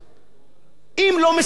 אם לא מסיימים את התהליך הזה,